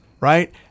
right